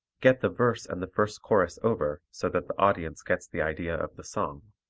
get the verse and the first chorus over so that the audience gets the idea of the song.